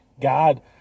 God